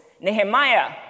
Nehemiah